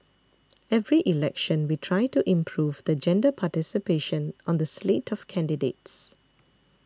every election we try to improve the gender participation on the slate of candidates